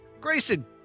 Grayson